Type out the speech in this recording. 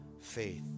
faith